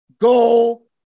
goal